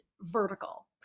vertical